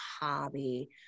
hobby